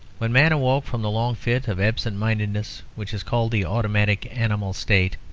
when man awoke from the long fit of absent-mindedness which is called the automatic animal state,